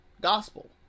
gospel